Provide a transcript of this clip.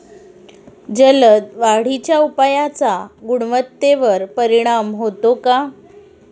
जलद वाढीच्या उपायाचा गुणवत्तेवर परिणाम होतो का?